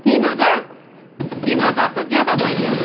तिन हजार तिन हजार त ज्यादा भयो नि हौ